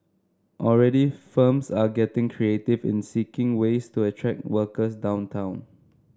already firms are getting creative in seeking ways to attract workers downtown